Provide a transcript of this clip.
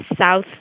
south